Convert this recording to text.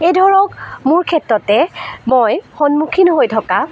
এই ধৰক মোৰ ক্ষেত্ৰতে মই সন্মূখীন হৈ থকা